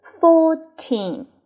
fourteen